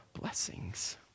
blessings